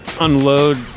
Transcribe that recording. unload